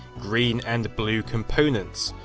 green and blue components.